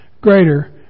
greater